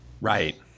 right